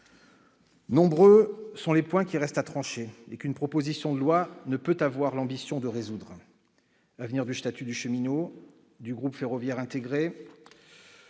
Nombreux sont les points qui restent à trancher et qu'une proposition de loi ne peut avoir l'ambition de résoudre : avenir du statut du cheminot, du groupe ferroviaire intégré